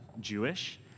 Jewish